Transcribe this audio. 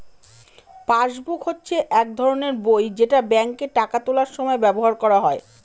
passbook হচ্ছে এক ধরনের বই যেটা ব্যাঙ্কে টাকা তোলার সময় ব্যবহার করা হয়